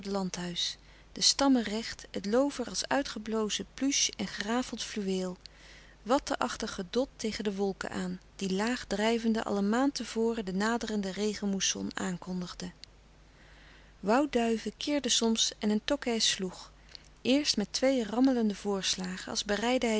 de stammen recht het loover als uitgeplozen pluche en gerafeld fluweel watte achtig gedot tegen de wolken aan die laag drijvende al een maand te voren de naderende regenmoesson aankondigden woudduiven louis couperus de stille kracht kirden soms en een tokkè sloeg eerst met twee rammelende voorslagen als bereidde